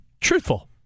truthful